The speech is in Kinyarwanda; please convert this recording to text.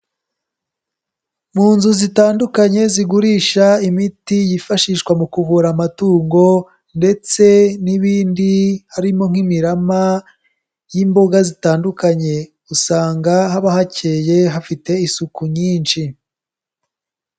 Mu nzu zitandukanye zigurisha imiti yifashishwa mu kuvura amatungo, ndetse n'ibindi harimo nk'imirama y'imboga zitandukanye, usanga haba hakeye hafite isuku nyinshi.